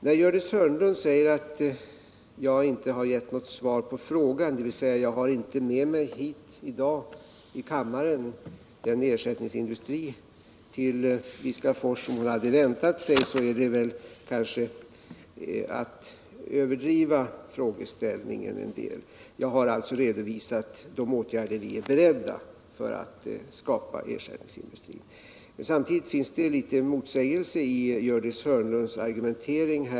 När Gördis Hörnlund säger att jag inte gett något svar på frågan, dvs. att jag inte så att säga har med mig hit till kammaren en ersättningsindustri till Viskafors som hon hade väntat sig, är det kanske att något överdriva frågeställningen. Jag har redovisat de åtgärder vi är beredda att vidta för att skapa ersättningsindustri. Det finns en motsägelse i Gördis Hörnlunds argumentation.